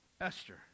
esther